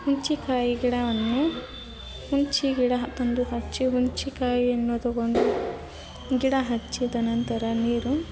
ಹುಣ್ಚಿಕಾಯಿ ಗಿಡವನ್ನು ಹುಣ್ಚಿ ಗಿಡ ತಂದು ಹಚ್ಚಿ ಹುಣ್ಚಿಕಾಯಿಯನ್ನು ತಗೊಂಡು ಗಿಡ ಹಚ್ಚಿದ ನಂತರ ನೀರು